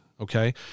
Okay